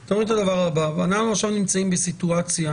אנחנו עכשיו נמצאים בסיטואציה